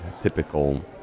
typical